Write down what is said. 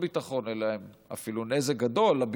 לביטחון אלא הן אפילו נזק גדול לביטחון.